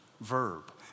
verb